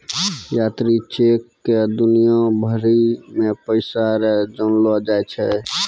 यात्री चेक क दुनिया भरी मे पैसा रो जानलो जाय छै